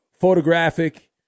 photographic